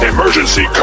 Emergency